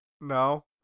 No